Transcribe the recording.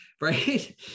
right